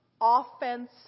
offense